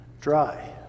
dry